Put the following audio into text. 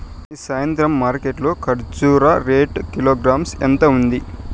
ఈ సాయంత్రం మార్కెట్ లో కర్బూజ రేటు కిలోగ్రామ్స్ ఎంత ఉంది?